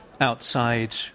outside